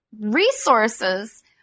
resources